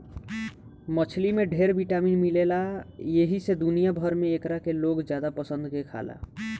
मछली में ढेर विटामिन मिलेला एही से दुनिया भर में एकरा के लोग ज्यादे पसंद से खाला